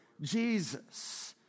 jesus